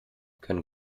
können